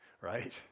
right